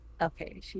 okay